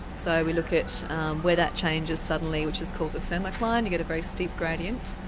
so we look at where that changes suddenly, which is called the thermocline you get a very steep gradient.